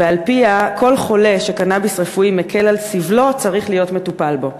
ועל-פיה כל חולה שקנאביס רפואי מקל את סבלו צריך להיות מטופל בו.